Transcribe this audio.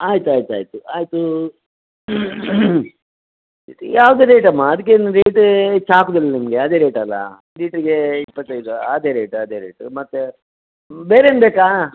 ಆಯ್ತು ಆಯ್ತು ಆಯಿತು ಆಯಿತು ಯಾವ್ದು ರೇಟ್ ಅಮ್ಮ ಅದ್ಕೇನು ರೇಟ್ ಹೆಚ್ ಹಾಕುದಿಲ್ಲ ನಿಮಗೆ ಅದೇ ರೇಟ್ ಅಲ್ಲ ಲಿಟ್ರಗೆ ಇಪ್ಪತ್ತೈದು ಅದೇ ರೇಟ್ ಅದೇ ರೇಟ್ ಮತ್ತು ಬೇರೇನು ಬೇಕಾ